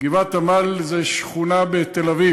גבעת-עמל זה שכונה בתל-אביב.